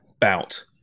bout